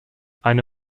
eine